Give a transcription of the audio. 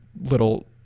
little